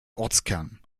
ortskern